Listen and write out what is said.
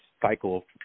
cycle